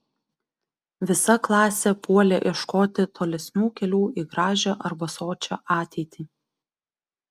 visa klasė puolė ieškoti tolesnių kelių į gražią arba sočią ateitį